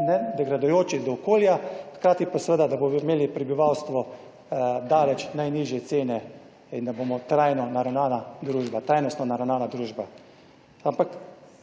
nedegradujoči do okolja, hkrati pa seveda, da bomo imeli prebivalstvo daleč najnižje cene in da bomo trajnostno naravnana družba. Ampak